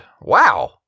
Wow